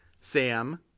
Sam